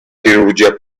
chirurgia